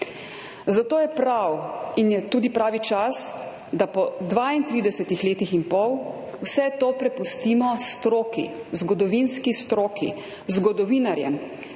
Zato je prav in je tudi pravi čas, da po 32 letih in pol vse to prepustimo stroki, zgodovinski stroki, zgodovinarjem,